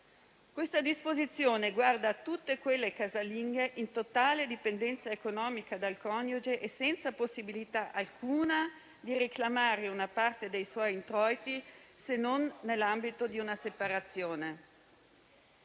Questa disposizione riguarda tutte quelle casalinghe in totale dipendenza economica dal coniuge e senza possibilità alcuna di reclamare una parte dei propri introiti se non nell'ambito di una separazione.